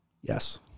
Yes